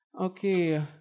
Okay